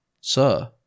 sir